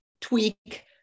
tweak